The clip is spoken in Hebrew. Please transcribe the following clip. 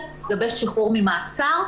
שחרור ממעצר...